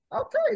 Okay